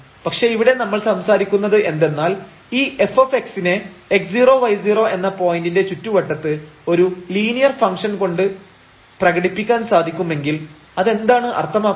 പക്ഷേ ഇവിടെ നമ്മൾ സംസാരിക്കുന്നത് എന്തെന്നാൽ ഈ f നെ x0 y0 എന്ന പോയിന്റിന്റെ ചുറ്റുവട്ടത്ത് ഒരു ലീനിയർ ഫംഗ്ഷൻ കൊണ്ട് പ്രകടിപ്പിക്കാൻ സാധിക്കുമെങ്കിൽ അതെന്താണ് അർത്ഥമാക്കുന്നത്